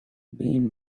being